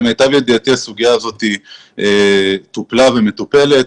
למיטב ידיעתי הסוגיה הזאת טופלה ומטופלת.